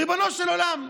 ריבונו של עולם,